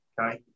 okay